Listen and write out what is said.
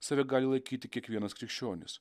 save gali laikyti kiekvienas krikščionis